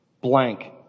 blank